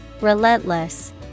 Relentless